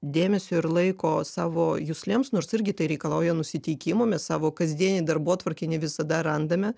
dėmesio ir laiko savo juslėms nors irgi tai reikalauja nusiteikimo mes savo kasdieninėj darbotvarkėj ne visada randame